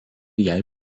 jai